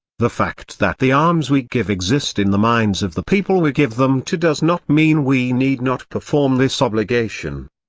the fact that the alms we give exist in the minds of the people we give them to does not mean we need not perform this obligation.